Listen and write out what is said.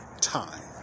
Time